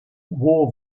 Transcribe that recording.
war